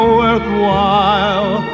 worthwhile